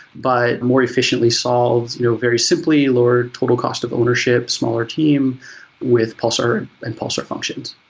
but more efficiently solved you know very simply lower total cost of ownership, smaller team with pulsar and pulsar functions